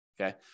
okay